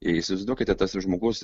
įsivaizduokite tas žmogus